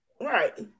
right